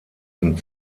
zum